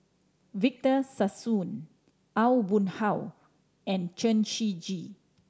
Victor Sassoon Aw Boon Haw and Chen Shiji